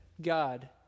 God